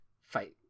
fight